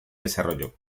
desarrollo